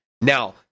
Now